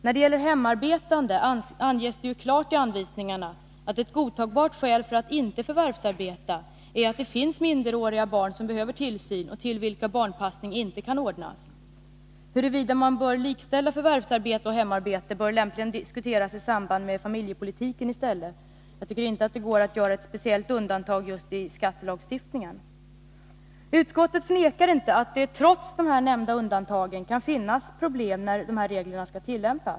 När det gäller hemarbetande anges det klart i anvisningarna att ett godtagbart skäl för att inte förvärvsarbeta är att det finns minderåriga barn som behöver tillsyn och för vilka barnpassning inte kan ordnas. Huruvida man bör likställa förvärvsarbete och hemarbete bör lämpligen tas upp i en familjepolitisk diskussion. Det går inte att göra ett speciellt undantag i just skattelagstiftningen. Utskottet förnekar inte att det, trots nämnda undantag, kan uppstå problem vid tillämpningen av reglerna.